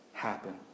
happen